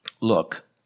Look